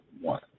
one